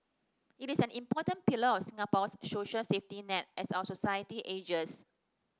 it is an important pillar of Singapore's social safety net as our society ages